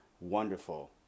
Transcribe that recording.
wonderful